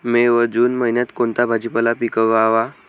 मे व जून महिन्यात कोणता भाजीपाला पिकवावा?